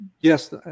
yes